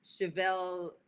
Chevelle